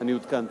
אני עודכנתי.